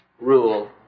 rule